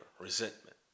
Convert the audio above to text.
resentment